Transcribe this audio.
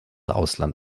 ausland